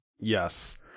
Yes